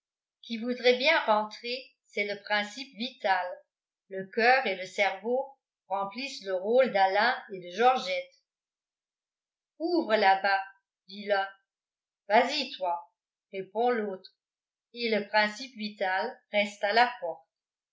qui voudrait bien rentrer c'est le principe vital le coeur et le cerveau remplissent le rôle d'alain et de georgette ouvre là-bas dit l'un vas-y toi répond l'autre et le principe vital reste à la porte